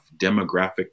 demographic